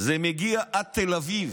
זה מגיע עד תל אביב.